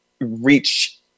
reach